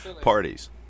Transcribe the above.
parties